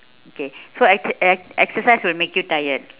okay so e~ e~ exercise will make you tired